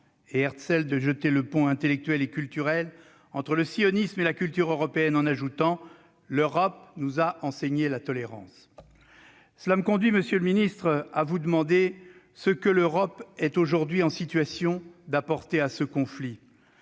Et Herzl de jeter le pont intellectuel et culturel entre le sionisme et la culture européenne en ajoutant :« L'Europe nous a enseigné la tolérance. » Voilà qui me conduit, monsieur le ministre, à vous demander ce que l'Europe est aujourd'hui en situation d'apporter dans ce conflit.